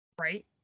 Right